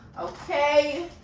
Okay